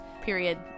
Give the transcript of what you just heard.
Period